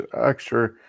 extra